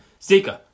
Zika